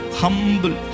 humble